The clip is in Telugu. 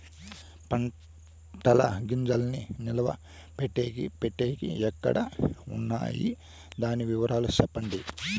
పంటల గింజల్ని నిలువ పెట్టేకి పెట్టేకి ఎక్కడ వున్నాయి? దాని వివరాలు సెప్పండి?